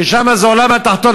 ששם זה העולם התחתון,